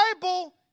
Bible